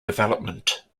development